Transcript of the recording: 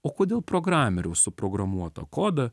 o kodėl programeriaus suprogramuotą kodą